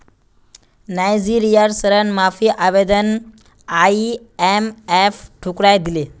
नाइजीरियार ऋण माफी आवेदन आईएमएफ ठुकरइ दिले